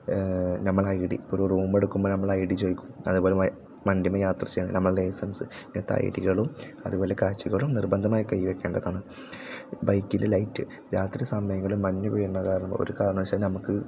നമ്മളുടെ I D ഒരു റൂമെടുക്കുമ്പോൾ നമ്മളുടെ ഐ ഡി ചോദിക്കും അതേപോലെ വണ്ടീമ്മേ യാത്ര ചെയ്യുമ്പോൾ നമ്മളുടെ ലൈസൻസ് ഐ ഡികളും അതുപോലെ കാശുകളും നിർബന്ധമായി കയ്യിൽ വെക്കേണ്ടതാണ് ബൈക്കിലെ ലൈറ്റ് രാത്രി സമയങ്ങളിൽ മഞ്ഞ് വീഴുന്നതാകുമ്പോൾ ഒരു കാരണവശാലും നമുക്ക് കപ്